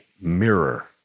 mirror